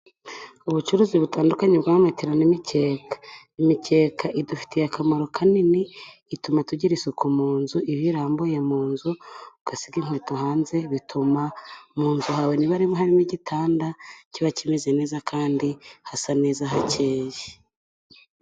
Ubucuruzi butandukanye bwa metera n'imikeka. Imikeka idufitiye akamaro kanini, ituma tugira isuku mu nzu, iyo irambuye mu nzu ugasiga inkweto hanze, bituma mu nzu hawe niba harimo igitanda, kiba kimeze neza kandi hasa neza hakeye.